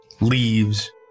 leaves